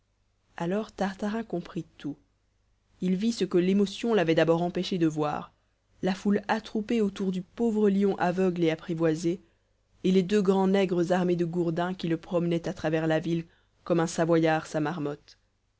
alors tartarin comprit tout il vit ce que l'émotion l'avait d'abord empêché de voir la foule attroupée autour du pauvre lion aveugle et apprivoisé et les deux grands nègres armés de gourdins qui le promenaient à travers la ville comme un savoyard sa marmotte